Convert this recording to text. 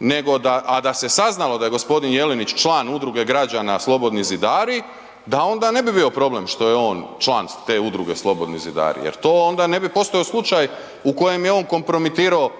nego da, a da se saznalo da je g. Jelenić član udruge građana slobodni zidari da onda ne bi bio problem što je on član te udruge slobodni zidari jer to onda ne bi postojao slučaj u kojem je on kompromitirao